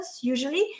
usually